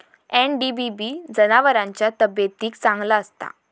NDBB जनावरांच्या तब्येतीक चांगला असता